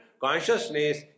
consciousness